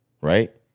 right